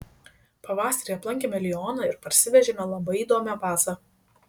pavasarį aplankėme lioną ir parsivežėme labai įdomią vazą